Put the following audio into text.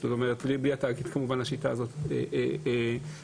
זאת אומרת, בלי התאגיד השיטה הזאת לא פועלת.